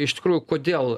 iš tikrųjų kodėl